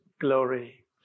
glory